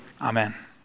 Amen